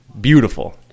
beautiful